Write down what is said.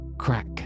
Crack